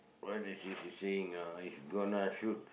what is saying ah is gonna shoot